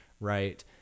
Right